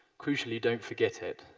crucially, don't forget it.